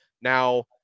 Now